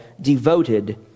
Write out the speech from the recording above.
devoted